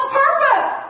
purpose